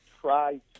try